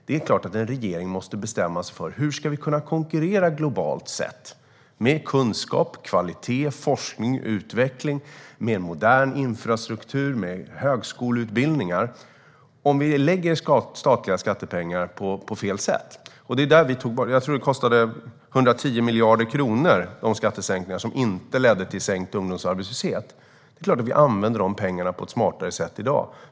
Det är klart att en regering måste bestämma sig för hur vi ska kunna konkurrera globalt sett - med kunskap, kvalitet, forskning, utveckling, modern infrastruktur och högskoleutbildningar. Då ska vi inte lägga skattepengar på fel saker. Jag tror att de skattesänkningar som inte ledde till sänkt ungdomsarbetslöshet kostade runt 110 miljarder kronor. De pengarna använder vi på ett smartare sätt i dag.